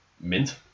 mint